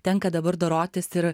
tenka dabar dorotis ir